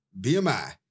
BMI